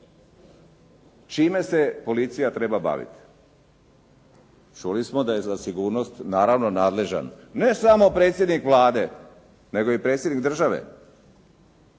čime se policija treba baviti? Čuli smo da je za sigurnost naravno nadležan ne samo predsjednik Vlade nego i predsjednik države.